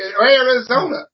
Arizona